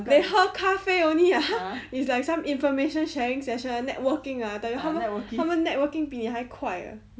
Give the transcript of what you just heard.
they 喝咖啡 only ah !huh! is like some information sharing session networking ah I tell you 他们他们 networking 比你还快 ah